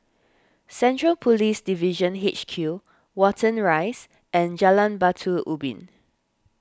Central Police Division H Q Watten Rise and Jalan Batu Ubin